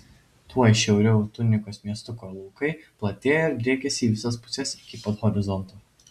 tuoj šiauriau tunikos miestuko laukai platėjo ir driekėsi į visas puses iki pat horizonto